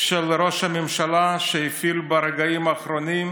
שראש הממשלה הפעיל ברגעים האחרונים,